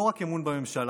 לא רק אמון בממשלה,